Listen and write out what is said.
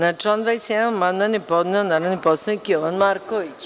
Na član 21. amandman je podneo narodni poslanik Jovan Marković.